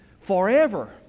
forever